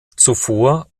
zuvor